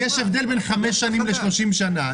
יש הבדל בין 5 שנים ל-30 שנים.